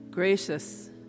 gracious